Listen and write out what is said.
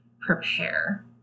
prepare